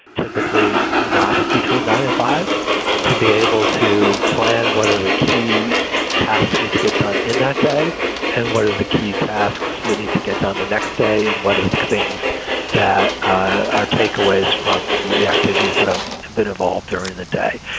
typically not between nine and five to be able to plan. what are the key tasks that need to get done in that day and what are the key tasks that need to get done the next day? and what are the things that are takeaways from the activities that i've been involved during the day?